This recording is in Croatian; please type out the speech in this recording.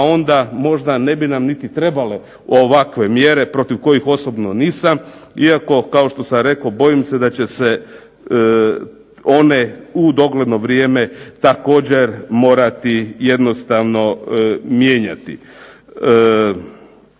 onda možda ne bi nam niti trebale ovakve mjere protiv kojih osobno nisam. Iako kao što sam rekao bojim se da će se one u dogledno vrijeme također morati jednostavno mijenjati.